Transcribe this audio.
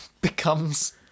becomes